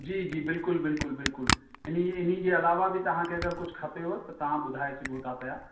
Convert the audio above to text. जी जी बिल्कुलु बिल्कुलु विल्कुलु हिनजे हिनजे अलावा बि तव्हांखे अगरि कुझु खपेव त तव्हां ॿुधाए सघो था पिया